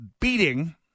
beating